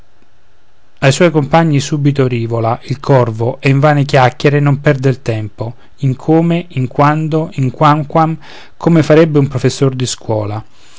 ai suoi compagni subito rivola il corvo e in vane chiacchiere non perde il tempo in come in quando in quamquam come farebbe un professor di scuola